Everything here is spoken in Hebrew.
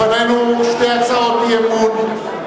לפנינו שתי הצעות אי-אמון: